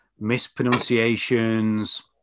mispronunciations